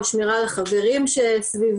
או שמירה על החברים שסביבי,